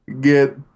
get